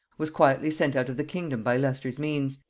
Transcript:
was quietly sent out of the kingdom by leicester's means,